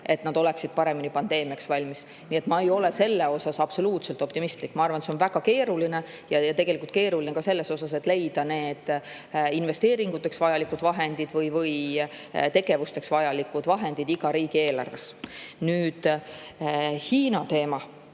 et nad oleksid paremini pandeemiaks valmis. Nii et ma ei ole selles osas absoluutselt optimistlik. Ma arvan, et see on väga keeruline, ja tegelikult keeruline ka selles mõttes, et tuleb leida investeeringuteks või tegevusteks vajalikud vahendid iga riigi eelarves. Nüüd Hiina teema.